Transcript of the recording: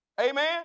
Amen